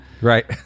right